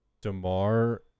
DeMar